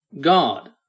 God